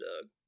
doug